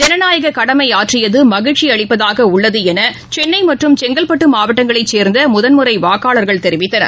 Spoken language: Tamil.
ஜனநாயகக் கடமை ஆற்றியது மகிழ்ச்சி அளிப்பதாக உள்ளது என சென்னை மற்றும் செங்கல்பட்டு மாவட்டங்களைச் சேர்ந்த முதன்முறை வாக்காளர்கள் தெரிவித்தனர்